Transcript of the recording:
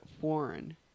foreign